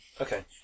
Okay